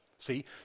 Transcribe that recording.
See